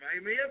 amen